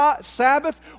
Sabbath